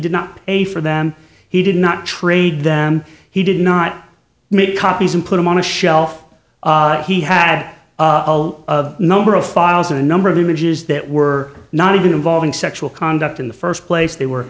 did not pay for them he did not trade them he did not make copies and put them on a shelf he had a lot of number of files in a number of images that were not even involving sexual conduct in the first place they were